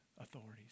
authorities